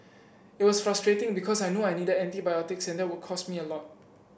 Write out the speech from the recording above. it was frustrating because I knew I needed antibiotics and that would cost me a lot